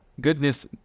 goodness